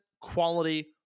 quality